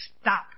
stop